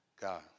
God